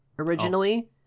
originally